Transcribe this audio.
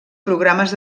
programes